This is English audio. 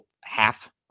half